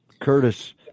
Curtis